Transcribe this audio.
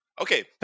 okay